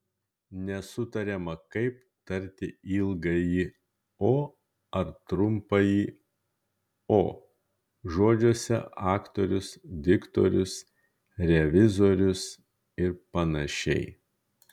nesutariama kaip tarti ilgąjį o ar trumpąjį o žodžiuose aktorius diktorius revizorius ir panašiai